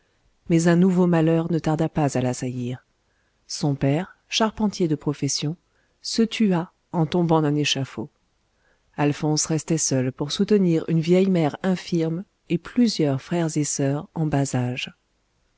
mais un nouveau malheur ne tarda pas à l'assaillir son père charpentier de profession se tua en tombant d'un échafaud alphonse restait seul pour soutenir une vieille mère infirme et plusieurs frères et soeurs en bas âge